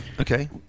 Okay